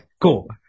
Cool